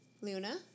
Luna